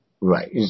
Right